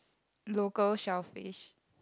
local shellfish